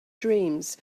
dreams